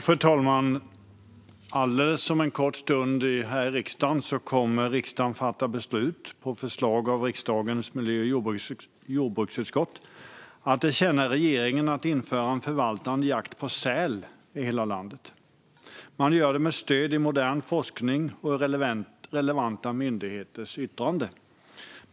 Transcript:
Fru talman! Om en kort stund kommer vi här i riksdagen att fatta beslut, på förslag av riksdagens miljö och jordbruksutskott, om ett tillkännagivande till regeringen om att införa en förvaltande jakt på säl i hela landet. Vi gör det med stöd i modern forskning och relevanta myndigheters yttranden.